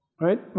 right